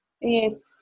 Yes